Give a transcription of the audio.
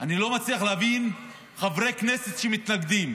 אני לא מצליח להבין חברי הכנסת שמתנגדים